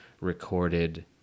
recorded